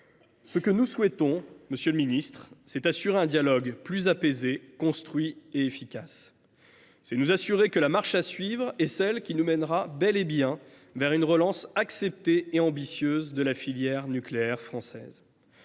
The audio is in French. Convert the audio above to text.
ce que nous souhaitons, c’est assurer un dialogue plus apaisé, construit et efficace. C’est nous assurer que la marche à suivre est celle qui nous mènera bel et bien vers une relance acceptée et ambitieuse de la filière nucléaire.